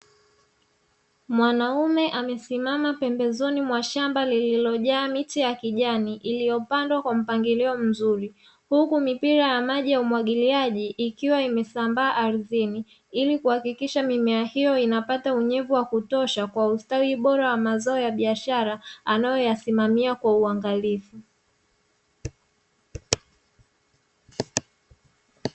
Mwanaume amesimama pembezoni mwa shamba lililojaa miti ya kijani iliyopandwa kwa mpangilio mzuri, huku mipira ya maji ya umwagiliaji ikiwa imesambaa ardhini, ili kuhakikisha mimea hiyo inapata unyevu wa kutosha kwa ustawi bora wa mazao ya biashara, anayoyasimamia kwa uangalifu.